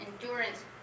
endurance